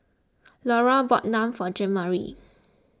Laura bought Naan for Jeanmarie